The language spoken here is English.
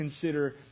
consider